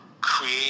create